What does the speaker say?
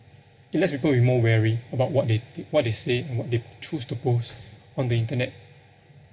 it lets people be more wary about what they thi~ what they say and what they choose to post on the internet